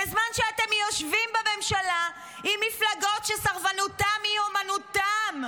בזמן שאתם יושבים בממשלה עם מפלגות שסרבנותן היא אומנותן.